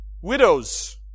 Widows